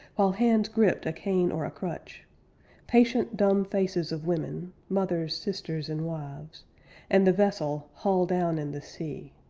while hands gripped a cane or a crutch patient dumb faces of women, mothers, sisters, and wives and the vessel hull-down in the sea,